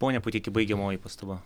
pone puteiki baigiamoji pastaba